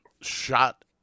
shot